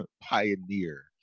pioneer